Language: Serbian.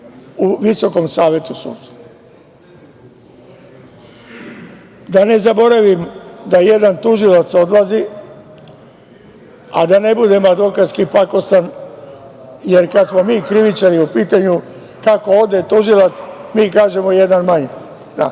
u Visokom savetu sudstva. Da ne zaboravim da jedan tužilac odlazi, a dane budem advokatski pakostan, jer kad smo mi krivičari u pitanju, kao ode tužilac, mi kažemo – jedan manje, ali